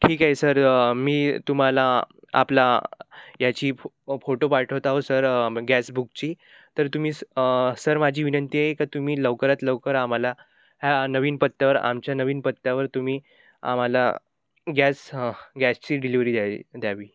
ठीक आहे सर मी तुम्हाला आपला याची फो फोटो पाठवत आहे सर गॅस बुकची तर तुम्ही स सर माझी विनंती आहे का तुम्ही लवकरात लवकर आम्हाला ह्या नवीन पत्त्यावर आमच्या नवीन पत्त्यावर तुम्ही आम्हाला गॅस गॅसची डिलिव्हरी द्यावी